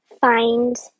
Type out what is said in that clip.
find